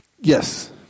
Yes